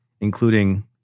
including